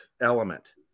element